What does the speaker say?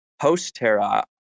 post-Terra